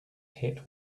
hit